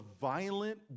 violent